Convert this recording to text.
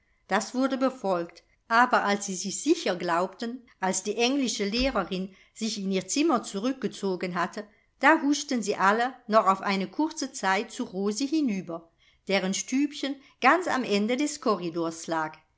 das wurde befolgt aber als sie sich sicher glaubten als die englische lehrerin sich in ihr zimmer zurückgezogen hatte da huschten sie alle noch auf eine kurze zeit zu rosi hinüber deren stübchen ganz am ende des korridors lag